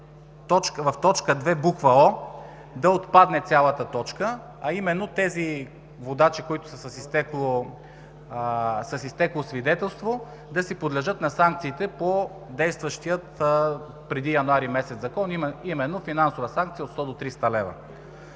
в т. 2, буква „о“ да отпадне цялата точка, а именно тези водачи, които са с изтекло свидетелство, да си подлежат на санкциите по действащия преди месец януари Закон – именно финансова санкция от 100 до 300 лв.